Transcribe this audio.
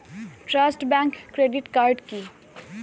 Trust bank credit card কি?